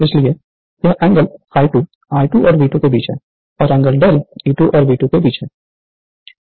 इसलिए यह angle I ∅2 I2 और V2 के बीच है और एंगल δ E2 और V2 के बीच है